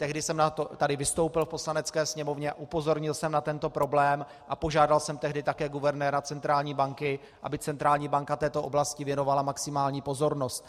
Tehdy jsem vystoupil v Poslanecké sněmovně a upozornil jsem na tento problém a požádal jsem tehdy také guvernéra centrální banky, aby centrální banka této oblasti věnovala maximální pozornost.